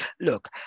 look